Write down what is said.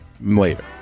Later